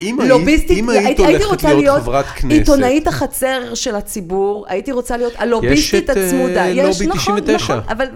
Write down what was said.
אם היית הולכת להיות חברת כנסת...- הייתי רוצה להיות עיתונאית החצר של הציבור, הייתי רוצה להיות הלוביסטית הצמודה, יש, נכון, אבל...